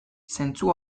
zentzu